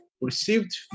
received